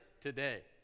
today